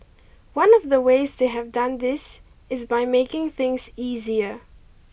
one of the ways they have done this is by making things easier